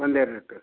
ಒಂದು ಎರಡು